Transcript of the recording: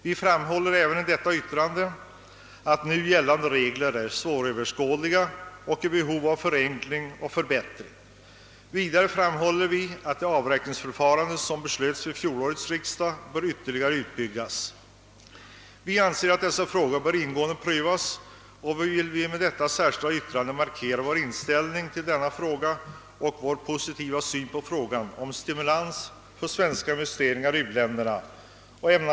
Vi framhåller i yttrandet att nu gällande regler är svåröverskådliga och i behov av förenkling och förbättring och att det avräkningsförfarande som beslöts vid fjolårets riksdag bör ytterligare utbyggas. Vi anser att dessa frågor bör ingående prövas och vill med det särskilda yttrandet markera vår positiva syn på frågan om stimulans för svenska investeringar i uländerna.